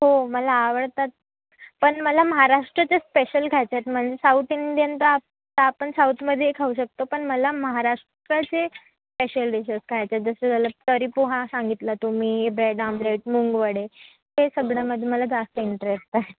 हो मला आवडतात पण मला महाराष्ट्राचे स्पेशल खायचे आहेत मग साऊथ इंडियन तर आप आपण साऊथमध्येही खाऊ शकतो पण मला महाराष्ट्राचे स्पेशल डिशेस खायचे आहेत जसं झालं तर्री पोहा सांगितलं तुम्ही ब्रेड आम्लेट मुंग वडे हे सगळ्यामध्ये मला जास्त इंटरेस्ट आहे